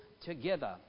together